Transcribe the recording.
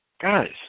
guys